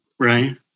Right